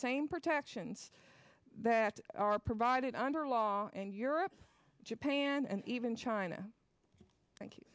same protections that are provided under law and europe japan and even china thank you